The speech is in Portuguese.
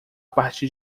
partir